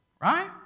right